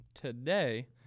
today